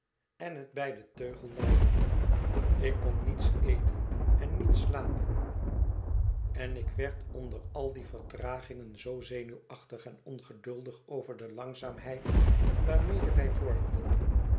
en het bij den teugel leiden ik kon niets eten en niet slapen en ik werd onder al die vertragingen zoo zenuwachtig en ongeduldig over de langzaamheid waarmede wij